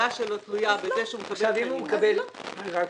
אם ההשגה שלו תלויה בזה שהוא מקבל את הנימוק -- רק שנייה.